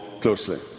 closely